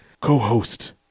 co-host